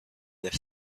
their